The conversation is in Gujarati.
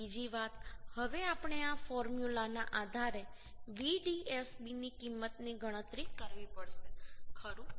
બીજી વાત હવે આપણે આ ફોર્મ્યુલાના આધારે Vdsb ની કિંમતની ગણતરી કરવી પડશે ખરું